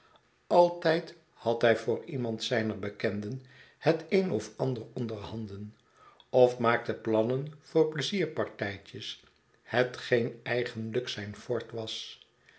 altijd had hij voor iemand zijner bekenden het een of ander onder handen of maakte plannen voor pleizierpartijtjes hetgeen eigenlijk zijn fort was